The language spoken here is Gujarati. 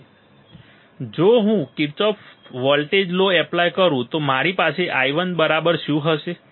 હવે જો હું કિર્ચોફ વોલ્ટેજ લો એપ્લાય કરું તો મારી પાસે i1 બરાબર શું હશે